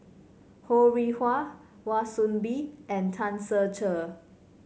Ho Rih Hwa Wan Soon Bee and Tan Ser Cher